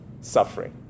suffering